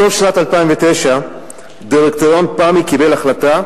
בסוף שנת 2009 דירקטוריון פמ"י קיבל החלטה,